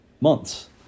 months